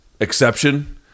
exception